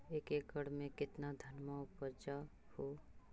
एक एकड़ मे कितना धनमा उपजा हू?